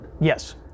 Yes